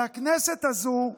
והכנסת הזו,